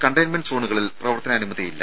containment സോണുകളിൽ പ്രവർത്തനാനുമതി ഇല്ല